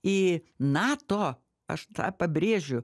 į nato aš tą pabrėžiu